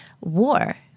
war